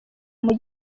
mujyi